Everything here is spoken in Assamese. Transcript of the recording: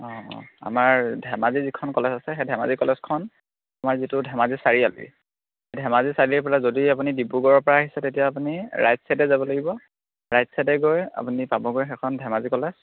অঁ আমাৰ ধেমাজি যিখন কলেজ আছে সেই ধেমাজি কলেজখন আমাৰ যিটো ধেমাজি চাৰিআলি ধেমাজি চাৰিআলিৰ ফালে যদি আপুনি ডিব্ৰুগড়ৰ পৰা আহিছে তেতিয়া আপুনি ৰাইট ছাইডে যাব লাগিব ৰাইট ছাইডে গৈ আপুনি পাবগৈ সেইখন ধেমাজি কলেজ